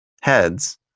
heads